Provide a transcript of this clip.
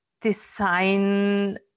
design